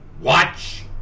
Watch